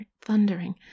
thundering